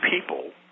people